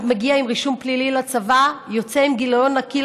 חייל מגיע עם רישום פלילי לצבא ויוצא לאזרחות עם גיליון נקי,